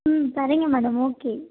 ம் சரிங்க madam okay